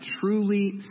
truly